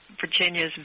Virginia's